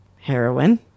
heroin